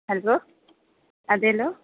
hello അതേലൊ